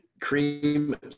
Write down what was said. Cream